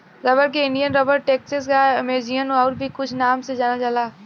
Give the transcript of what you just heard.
rubber के Indian rubber, latex आ Amazonian आउर भी कुछ नाम से जानल जाला